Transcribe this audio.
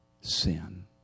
sin